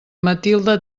matilde